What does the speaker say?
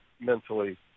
mentally